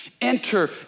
enter